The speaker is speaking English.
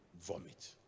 vomit